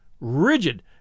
rigid